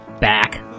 back